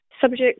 subject